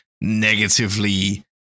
negatively